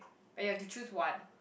but you have to choose one